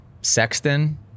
sexton